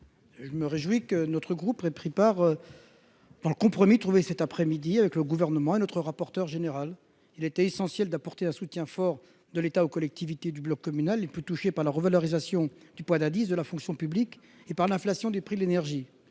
Je me réjouis que notre groupe ait pris part au compromis trouvé cet après-midi par le Gouvernement et le rapporteur général. Il était essentiel d'apporter un soutien fort de l'État aux collectivités du bloc communal, les plus touchées par la revalorisation du point d'indice de la fonction publique et par l'inflation des prix de l'énergie.